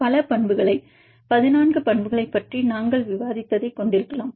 பல பண்புகளை 14 பண்புகளைப் பற்றி நாங்கள் விவாதித்ததை கொண்டிருக்கலாம்